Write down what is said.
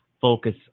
focus